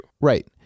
Right